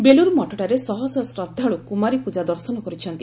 ବେଲୁର୍ମଠଠାରେ ଶହ ଶହ ଶ୍ରଦ୍ଧାଳୁ କୁମାରୀ ପୂଜା ଦର୍ଶନ କରିଛନ୍ତି